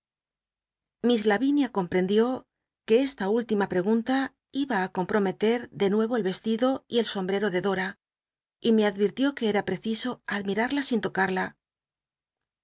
lavin ia comprendió que esta última pregunta iba j comprometer de nu evo el vestido y el sombrero de dora y me achitió que era preciso admirarla sin tocada